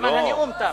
זמן הנאום תם.